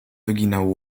wyginał